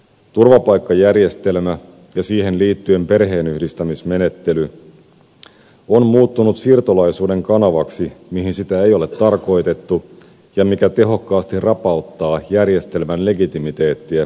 turvapaikkajärjestelmä ja siihen liittyen perheenyhdistämismenettely on muuttunut siirtolaisuuden kanavaksi mihin sitä ei ole tarkoitettu ja mikä tehokkaasti rapauttaa järjestelmän legitimiteettiä kansalaisten silmissä